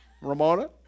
Ramona